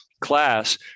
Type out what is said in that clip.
class